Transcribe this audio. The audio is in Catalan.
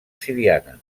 siriana